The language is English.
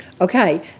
Okay